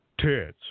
tits